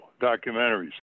documentaries